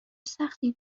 سختی